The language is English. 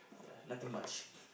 ya nothing much